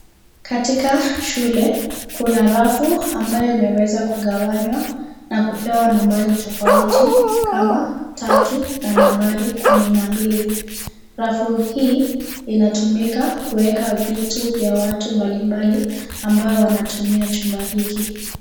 Katika shule kuna rafu ambayo imeweza kugawanywa nakupewa nambari tofauti kama tatu na nambari 12. Rafu hii inatumika kuweka vitu vya watu mbalimbali ambao wanatumia chuma hiki.